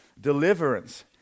deliverance